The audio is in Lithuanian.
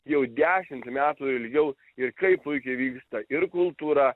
jau dešimtį metų ilgiau ir kaip puikiai vyksta ir kultūra